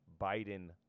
Biden